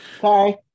Sorry